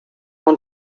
want